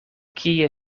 kie